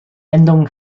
endung